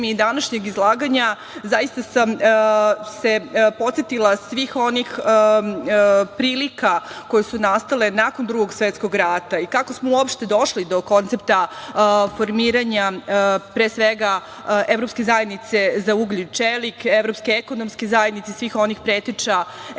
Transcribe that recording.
današnjeg izlaganja, zaista sam se podsetila svih onih prilika koje su nastale nakon Drugog svetskog rata i kako smo uopšte došli do koncepta formiranja, pre svega, Evropske zajednice za ugalj i čelik, Evropske ekonomske zajednice svih onih preteča EU i